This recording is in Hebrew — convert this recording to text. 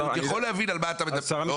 אני יכול להבין את הרציונל.